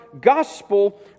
gospel